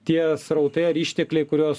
tie srautai ar ištekliai kuriuos